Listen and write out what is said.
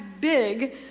big